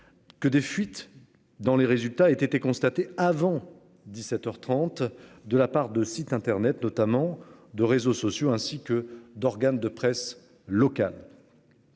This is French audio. Que des fuites dans les résultats étaient constaté avant 17h 30 de la part de sites Internet notamment de réseaux sociaux ainsi que d'organes de presse locale.